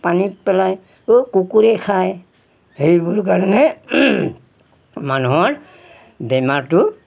পানীত পেলাই কুকুুৰৰে খায় সেইবোৰ কাৰণে মানুহৰ বেমাৰটো